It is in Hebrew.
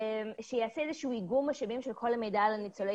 שיעשה איזשהו איגום משאבים של כל המידע על ניצולי